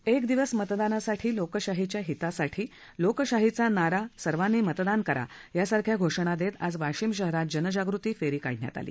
एक दिवस मतदानासाठी लोकशाहीच्या हितासाठी लोकशाहीचा नारा सर्वांनी मतदान करा यासारख्या घोषणा देत आज वाशिम शहरात जनजागृती फेरी काढण्यात आली